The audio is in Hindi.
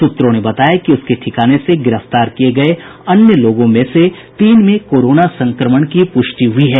सूत्रों ने बताया कि उसके ठिकाने से गिरफ्तार किये गये अन्य लोगों में से तीन में कोरोना संक्रमण की पुष्टि हुई है